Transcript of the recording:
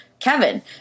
Kevin